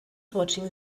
watching